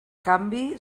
canvi